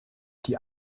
die